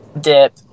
dip